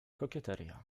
kokieteria